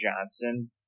Johnson